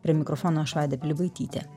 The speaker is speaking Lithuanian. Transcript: prie mikrofono aš vaida pilibaitytė